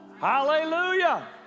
Hallelujah